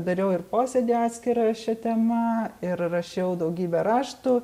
dariau ir posėdį atskirą šia tema ir rašiau daugybę raštų